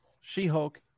She-Hulk